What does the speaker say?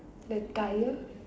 the tyre